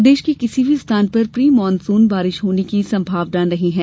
प्रदेश के किसी भी स्थान पर प्री मानसून बारिश होने की संभावना नहीं है